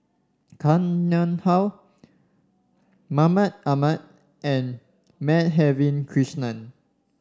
Koh Nguang How Mahmud Ahmad and Madhavi Krishnan